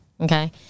okay